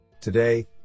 today